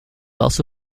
also